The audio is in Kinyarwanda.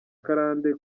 karande